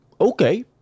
okay